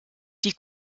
die